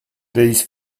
these